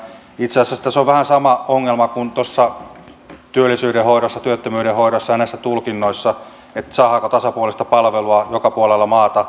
itse asiassa tässä on vähän sama ongelma kuin työllisyyden hoidossa työttömyyden hoidossa ja näissä tulkinnoissa saadaanko tasapuolista palvelua joka puolella maata